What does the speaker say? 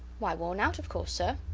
why, worn out of course, sir.